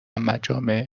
مجامع